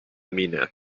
miene